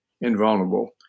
invulnerable